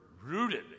rooted